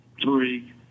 Three